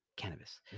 cannabis